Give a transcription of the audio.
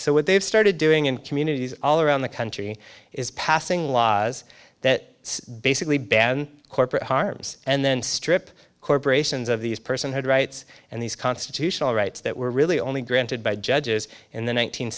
so what they've started doing in communities all around the country is passing laws that basically ban corporate harms and then strip corporations of these personhood rights and these constitutional rights that were really only granted by judges in the